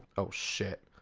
oh shit.